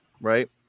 Right